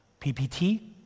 PPT